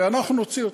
ואנחנו נוציא אותה.